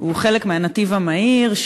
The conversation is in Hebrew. שהוא חלק מהנתיב המהיר,